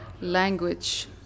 language